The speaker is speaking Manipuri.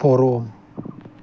ꯄꯣꯔꯣꯝ